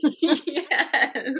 Yes